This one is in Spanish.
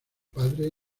padre